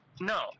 No